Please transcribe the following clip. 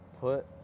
Put